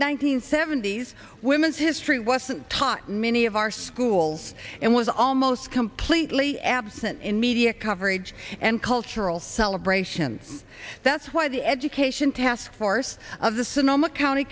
hundred seventy s women's history wasn't taught many of our schools and was almost completely absent in media coverage and cultural celebrations that's why the education task force of the